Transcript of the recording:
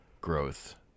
growth